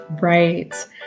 Right